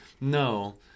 no